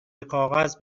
کاغذ